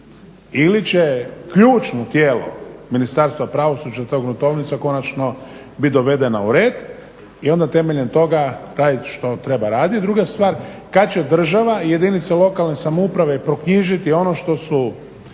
ili će ključno tijelo Ministarstva pravosuđa, ta gruntovnica konačno bit dovedena u red i onda temeljem toga radit što treba radit. Druga stvar, kad će država i jedinice lokalne samouprave proknjižiti ono što su